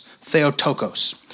Theotokos